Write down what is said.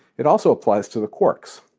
it also applies to the quarks.